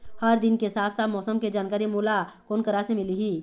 हर दिन के साफ साफ मौसम के जानकारी मोला कोन करा से मिलही?